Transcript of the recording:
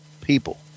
people